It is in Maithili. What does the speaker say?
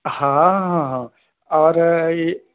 हँ हँ हँ आओर ई